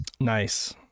Nice